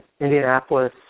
Indianapolis